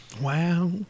Wow